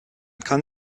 kann